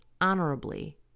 honorably